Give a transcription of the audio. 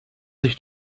sich